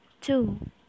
two